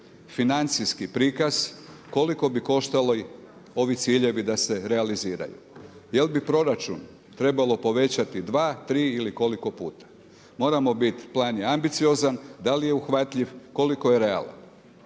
financijski prikaz koliko bi koštali ovi ciljevi da se realiziraju? Jel bi proračun trebalo povećati dva, tri ili koliko puta? Moram biti plan je ambiciozan, da li je uhvatljiv, koliko je realan?